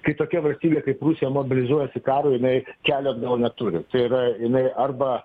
kai tokia valstybė kaip rusija mobilizuojasi karui jinai kelio atgal neturi tai yra jinai arba